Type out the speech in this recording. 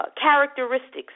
characteristics